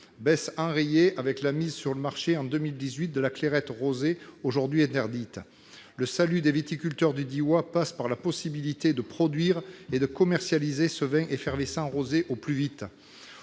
été enrayée par la mise sur le marché, en 2018, de la Clairette rosée, qui est aujourd'hui interdite. Le salut des viticulteurs du Diois passe par la possibilité de produire et de commercialiser ce vin effervescent rosé au plus vite.